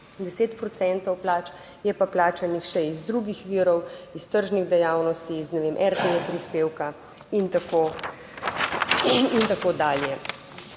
plač je pa plačanih še iz drugih virov iz tržnih dejavnosti, iz, ne vem, RTV prispevka in tako in